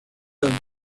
have